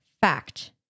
fact